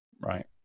Right